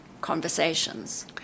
conversations